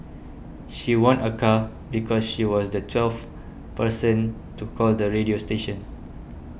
she won a car because she was the twelfth person to call the radio station